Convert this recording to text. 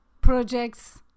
projects